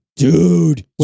Dude